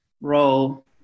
role